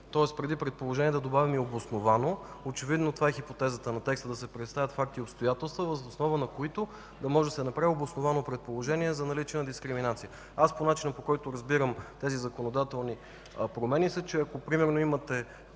тоест преди „предположение” да добавим и „обосновано”. Очевидно това е хипотезата на текста – да се представят факти и обстоятелства, въз основа на които да може да се направи обосновано предположение за наличие на дискриминация. Начинът, по който разбирам тези законодателни промени, е, че ако примерно имате